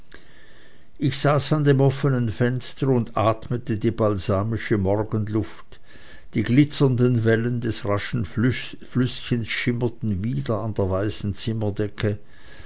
ich saß an dem offenen fenster und atmete die balsamische morgenluft die glitzernden wellen des raschen flüßchens flimmerten wider an der weißen zimmerdecke